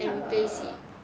and replace it